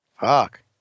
Fuck